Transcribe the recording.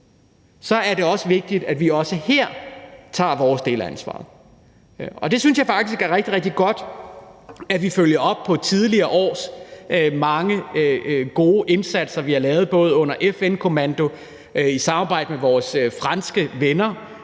er det også vigtigt, at vi også her tager vores del af ansvaret. Jeg synes faktisk, det er rigtig, rigtig godt, at vi følger op på de tidligere års mange gode indsatser, vi har lavet under FN-kommando i samarbejde med vores franske venner,